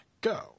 go